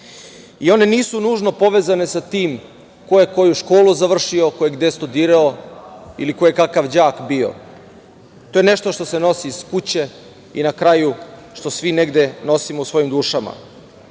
i one nisu nužno povezane sa tim ko je koju školu završio, ko je gde studirao ili ko je kakav đak bio. To je nešto što se nosi iz kuće i na kraju što svi negde nosimo u svojim dušama,